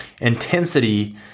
intensity